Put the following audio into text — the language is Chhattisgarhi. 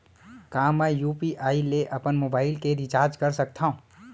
का मैं यू.पी.आई ले अपन मोबाइल के रिचार्ज कर सकथव?